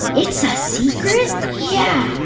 it's a secret? yeah,